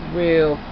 real